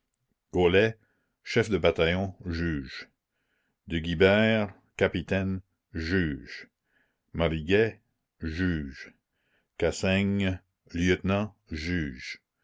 gaulet chef de bataillon juge de guibert capitaine juge mariguet juge cassaigne lieutenant juge